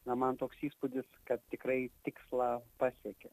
na man toks įspūdis kad tikrai tikslą pasiekė